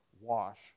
wash